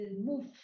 move